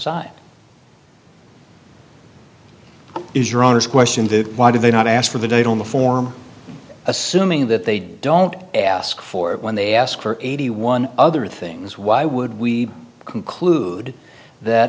aside is your honest question the why did they not ask for the date on the form assuming that they don't ask for it when they ask for eighty one other things why would we conclude that